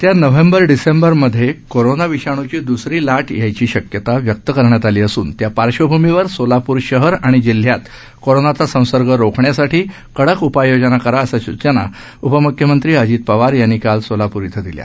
येत्या नोव्हेंबर डिसेंबरमध्ये कोरोना विषाणूची दुसरी लाट येण्याची शक्यता व्यक्त करण्यात आली असून त्या पार्श्वभूमीवर सोलापूर शहर आणि जिल्ह्यात कोरोनाचा संसर्ग रोखण्यासाठी कडक उपाययोजना करा अशा सूचना उपमुख्यमंत्री अजित पवार यांनी काल सोलापूर इथं दिल्या